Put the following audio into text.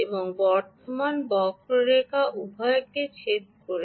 এবং বর্তমান বক্ররেখা উভয়কে ছেদ করে